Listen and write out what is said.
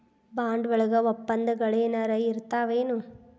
Bond ವಳಗ ವಪ್ಪಂದಗಳೆನರ ಇರ್ತಾವೆನು?